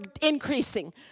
increasing